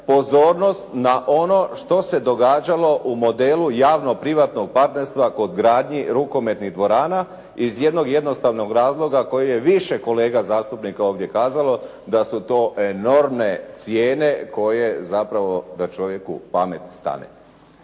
pozornost na ono što se događalo u modelu javno-privatnog partnerstva kod gradnji rukometnih dvorana iz jednog jednostavnog razloga koji je više kolega zastupnika ovdje kazalo, da su to enormne cijene koje zapravo da čovjeku pamet stane.